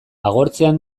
agortzear